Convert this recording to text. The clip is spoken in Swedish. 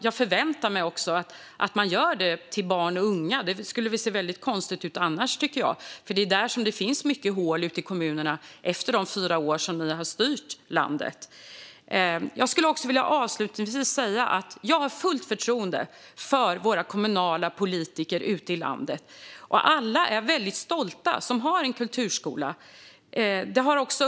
Jag förväntar mig att man använder dem till barn och unga, för det skulle väl se konstigt ut annars. Det är ju där som det finns mycket hål ute i kommunerna efter de fyra år som ni har styrt landet. Avslutningsvis skulle jag vilja säga att jag har fullt förtroende för våra kommunala politiker ute i landet. Alla som har en kulturskola är mycket stolta.